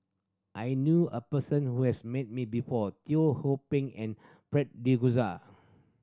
I knew a person who has met before Ho Pin and Fred De